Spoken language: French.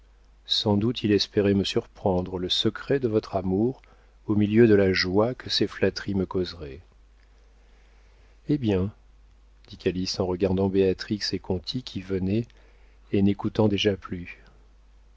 sans doute il espérait me surprendre le secret de votre amour au milieu de la joie que ses flatteries me causeraient hé bien dit calyste en regardant béatrix et conti qui venaient et n'écoutant déjà plus